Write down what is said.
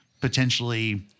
potentially